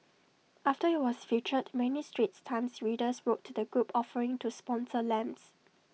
after IT was featured many straits times readers wrote to the group offering to sponsor lamps